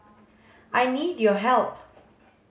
I need your help